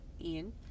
Ian